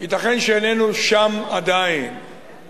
ייתכן שאיננו שם עדיין,